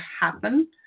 happen